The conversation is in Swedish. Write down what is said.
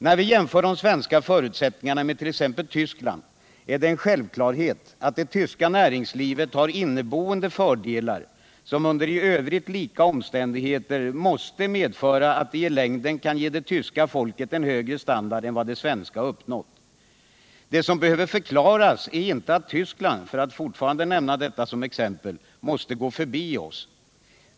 När vi jämför de svenska förutsättningarna med t.ex. Västtysklands är det en självklarhet att det tyska näringslivet har inneboende fördelar, som under i övrigt lika omständigheter måste medföra att de i längden kan ge det tyska folket högre standard än vad det svenska uppnått. Det som behöver förklaras är inte att Västtyskland — för att fortfarande nämna detta land som exempel — måste gå förbi oss.